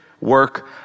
work